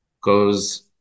goes